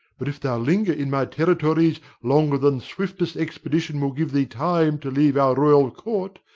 but if thou linger in my territories longer than swiftest expedition will give thee time to leave our royal court,